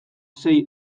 sei